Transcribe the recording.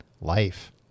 life